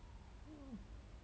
um